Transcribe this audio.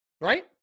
right